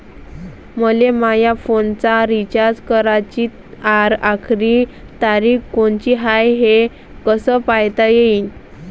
मले माया फोनचा रिचार्ज कराची आखरी तारीख कोनची हाय, हे कस पायता येईन?